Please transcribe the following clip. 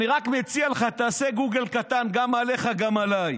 אני רק מציע לך, תעשה גוגל קטן גם עליך גם עליי.